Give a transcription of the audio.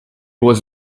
was